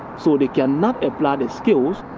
so they cannot apply their skills.